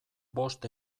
bost